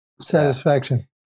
Satisfaction